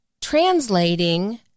translating